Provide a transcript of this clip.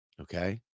Okay